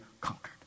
conquered